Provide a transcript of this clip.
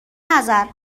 نظر